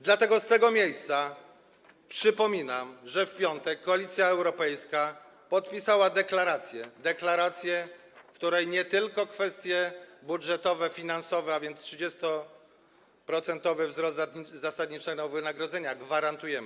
Dlatego z tego miejsca przypominam, że w piątek Koalicja Europejska podpisała deklarację, w której nie tylko kwestie budżetowe, finansowe, a więc 30-procentowy wzrost zasadniczego wynagrodzenia, gwarantujemy.